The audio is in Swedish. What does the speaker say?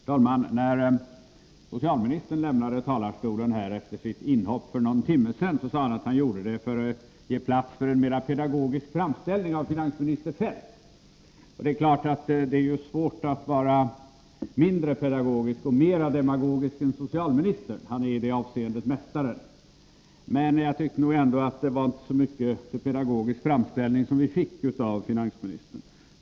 Herr talman! När socialministern lämnade talarstolen efter sitt inhopp här för någon timme sedan, sade han att han gjorde det för att ge plats för en mer pedagogisk framställning av finansminister Feldt. Det är klart att det är svårt att vara mindre pedagogisk och mer demagogisk än socialministern — han är i det avseendet en mästare. Men jag tyckte ändå inte att det var så mycket av pedagogisk framställning som vi fick av finansministern.